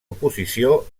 oposició